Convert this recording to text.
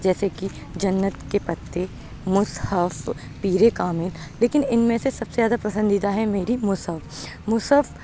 جیسے کہ جنت کے پتے مصحف پیرے کامل لیکن اِن میں سے سب سے زیادہ پسندیدہ ہے میری مصحف مصحف